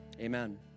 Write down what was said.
amen